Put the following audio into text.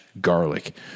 garlic